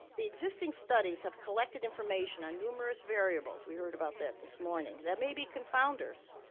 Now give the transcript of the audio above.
the existing studies have collected information on numerous variables we heard about that this morning that may be confounders,